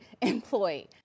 employee